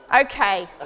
Okay